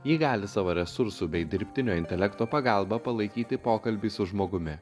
ji gali savo resursų bei dirbtinio intelekto pagalba palaikyti pokalbį su žmogumi